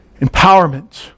Empowerment